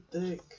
thick